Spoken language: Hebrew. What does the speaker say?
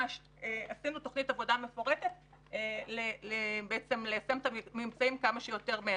עשינו תוכנית עבודה מפורטת ליישם את הממצאים כמה שיותר מהר.